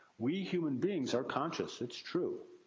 we human beings are conscious. it's true.